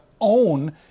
own